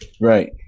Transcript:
right